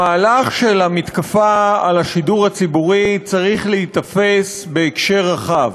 המהלך של המתקפה על השידור הציבורי צריך להיתפס בהקשר רחב,